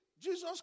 Jesus